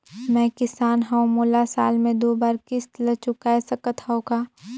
मैं किसान हव मोला साल मे दो बार किस्त ल चुकाय सकत हव का?